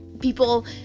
people